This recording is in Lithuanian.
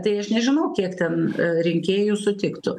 tai aš nežinau kiek ten rinkėjų sutiktų